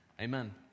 amen